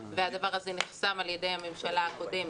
והדבר הזה נחסם על ידי הממשלה הקודמת.